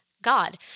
God